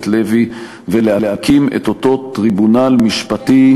לוי ולהקים את אותו טריבונל משפטי,